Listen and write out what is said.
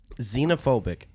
Xenophobic